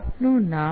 આપનું નામ